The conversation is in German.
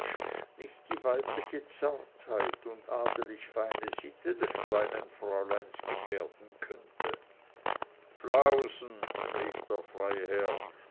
nicht die weibliche zartheit und adelig feine sitte des kleinen fräuleins gefährden könnte flausen rief der